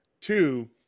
Two